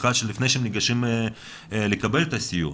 בכלל לפני שהם ניגשים לקבל את הסיוע